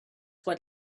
what